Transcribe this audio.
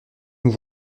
nous